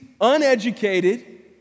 uneducated